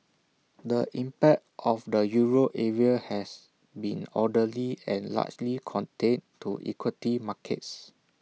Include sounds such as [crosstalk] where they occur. [noise] the impact of the euro area has been orderly and largely contained to equity markets